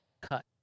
cut